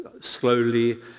slowly